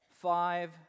Five